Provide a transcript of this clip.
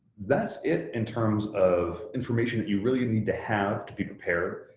that's it in terms of information that you really need to have to be prepared.